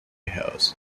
hills